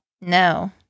No